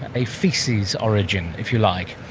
a faeces origin, if you like.